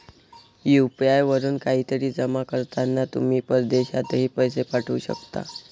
UPI वरून काहीतरी जमा करताना तुम्ही परदेशातही पैसे पाठवू शकता